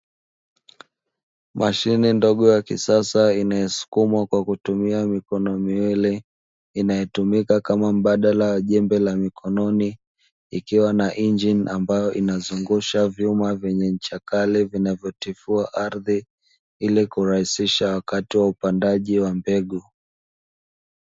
Mashine ndogo ya kisasa inayosukumwa kwa kutumia mikono miwili. Inayotumika kama mbadala wa jembe la mikononi, ikiwa na injini ambayo inazungusha vyuma vyenye ncha kali vinavyotifua ardhi ili kurahisisha wakati wa upandaji wa mbegu.